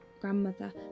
grandmother